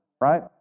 right